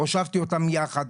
הושבתי אותם יחד,